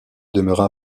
demeura